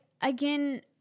again